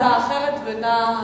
זו הצעה אחרת ונא להציע.